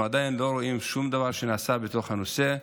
אנחנו עדיין לא רואים שום דבר שנעשה בתוך הנושא,